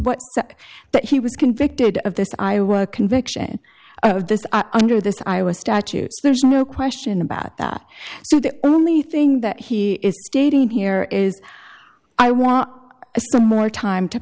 what but he was convicted of this i was a conviction of this under this i was statute there's no question about that so the only thing that he is stating here is i want some more time to